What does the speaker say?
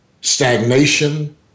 stagnation